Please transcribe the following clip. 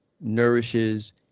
nourishes